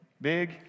big